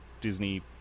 Disney